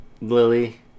Lily